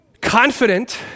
confident